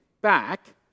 back